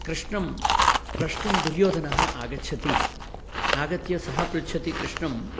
कृष्णं प्रष्टुं दुर्योधनः आगच्छति आगत्य सः पृच्छति कृष्णं